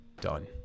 done